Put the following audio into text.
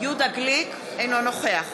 אינו נוכח